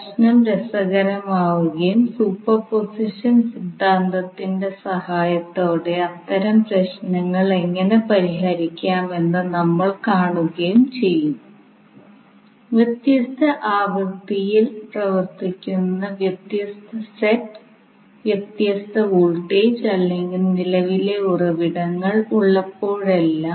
AC സർക്യൂട്ടിന്റെ വിവിധ പ്രതിഭാസങ്ങൾ മനസിലാക്കാൻ നമ്മൾ sinusoidal steady state state analysis മുതലായ ആശയങ്ങൾ ഉപയോഗിക്കും